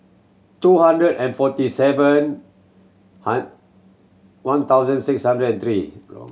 two hundred and forty seven one thousand six hundred and three wrong